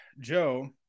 Joe